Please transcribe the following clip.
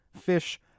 fish